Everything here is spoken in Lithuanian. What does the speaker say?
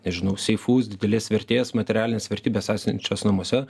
nežinau seifus didelės vertės materialines vertybes esančias namuose